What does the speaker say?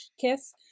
kiss